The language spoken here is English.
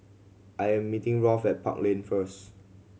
I am meeting Rolf at Park Lane first